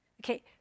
Okay